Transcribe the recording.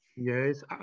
Yes